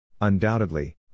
Undoubtedly